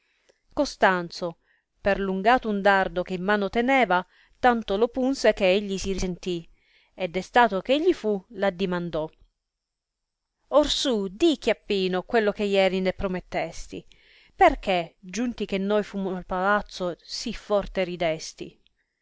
costanzo perlungato un dardo che in mano teneva tanto lo punse che egli si risentì e destato che egli fu l addimandò o su di chiappino quello che heri ne promettesti perchè giunti che noi fummo al palazzo sì forte ridesti